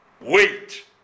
Wait